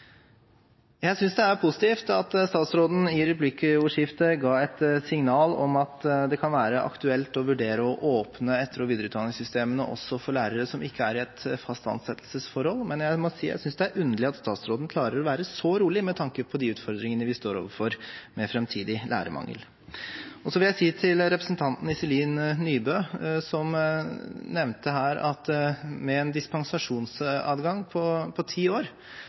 Jeg synes det er positivt at statsråden i replikkordskiftet ga et signal om at det kan være aktuelt å vurdere å åpne etter- og videreutdanningssystemene også for lærere som ikke er i et fast ansettelsesforhold, men jeg må si at jeg synes det er underlig at statsråden klarer å være så rolig med tanke på de utfordringene vi står overfor med framtidig lærermangel. Så vil jeg si til representanten Iselin Nybø, som nevnte at med en dispensasjonsadgang på ti år